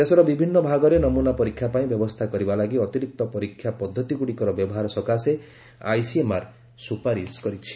ଦେଶର ବିଭିନ୍ନ ଭାଗରେ ନମୁନା ପରୀକ୍ଷା ପାଇଁ ବ୍ୟବସ୍ଥା କରିବା ଲାଗି ଅତିରିକ୍ତ ପରୀକ୍ଷା ପଦ୍ଧତି ଗୁଡ଼ିକର ବ୍ୟବହାର ସକାଶେ ଆଇସିଏମ୍ଆର୍ ସୁପାରିଶ କରିଛି